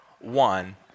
one